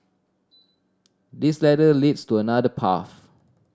this ladder leads to another path